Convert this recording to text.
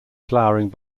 flowering